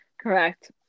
correct